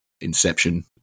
inception